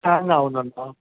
hang ആവുന്നുണ്ടോ